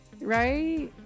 right